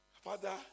Father